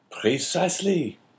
Precisely